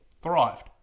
thrived